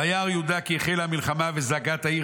וירא יהודה כי החלה המלחמה וזעת העיר